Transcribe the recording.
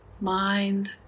mind